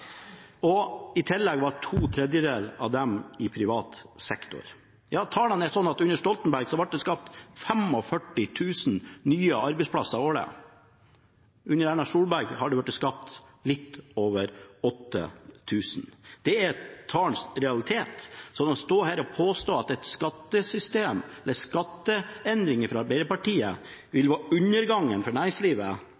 I tillegg var to tredjedeler av dem i privat sektor. Ja, tallene viser at under Stoltenberg ble det skapt 45 000 nye arbeidsplasser årlig. Under Erna Solberg har det blitt skapt litt over 8 000. Det er tallenes realitet. Så å stå her og påstå at et skattesystem med skatteendringer fra Arbeiderpartiet vil